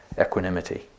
equanimity